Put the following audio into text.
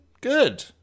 good